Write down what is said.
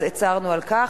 אז הצהרנו על כך.